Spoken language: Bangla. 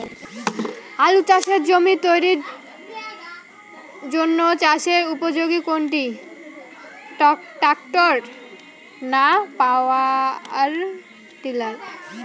আলু চাষের জমি তৈরির জন্য চাষের উপযোগী কোনটি ট্রাক্টর না পাওয়ার টিলার?